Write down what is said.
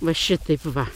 va šitaip va